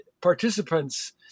participants